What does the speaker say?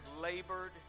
labored